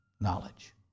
knowledge